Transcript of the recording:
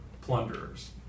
plunderers